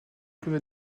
arrive